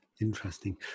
interesting